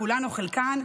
כולן או חלקן,